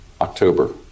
October